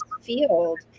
field